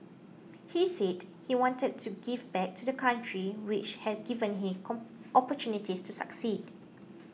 he said he wanted to give back to the country which had given him cop opportunities to succeed